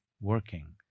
working